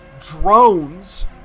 drones